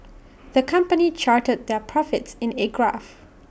the company charted their profits in A graph